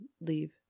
leave